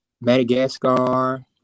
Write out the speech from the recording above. Madagascar